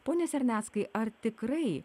pone serneckai ar tikrai